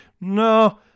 no